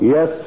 Yes